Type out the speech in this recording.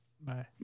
Bye